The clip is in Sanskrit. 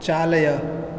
चालय